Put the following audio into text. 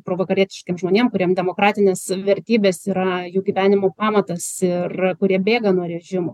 provakarietiškiem žmonėm kuriem demokratinės vertybės yra jų gyvenimo pamatas ir kurie bėga nuo režimo